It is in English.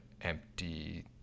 empty